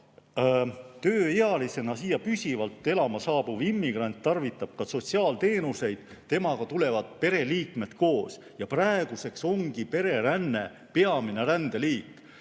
tööealisena siia püsivalt elama saabuv immigrant tarvitab ka sotsiaalteenuseid, temaga tulevad pereliikmed koos. Praeguseks ongi pereränne peamine rändeliik.